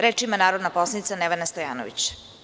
Reč ima narodna poslanica Nevena Stojanović.